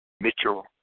Mitchell